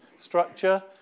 structure